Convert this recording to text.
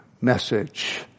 message